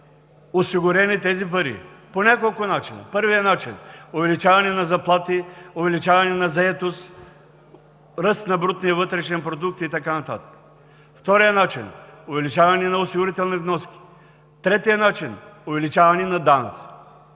осигурени тези пари? По няколко начина. Първият начин – увеличаване на заплати, увеличаване на заетост, ръст на брутния вътрешен продукт и така нататък. Вторият начин – увеличаване на осигурителни вноски. Третият начин – увеличаване на данъци.